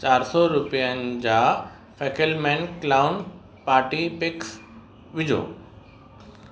चार सौ रुपियनि जा फैकेलमेन क्लाउन पार्टी पिक्स विझो